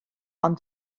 ond